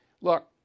Look